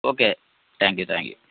okay thank you thank you